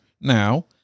now